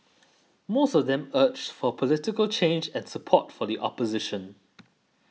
most of them urged for political change and support for the opposition